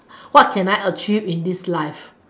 what can I achieve in this life